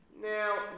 Now